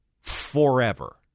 forever